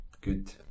good